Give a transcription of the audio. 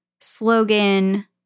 slogan